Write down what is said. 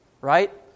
right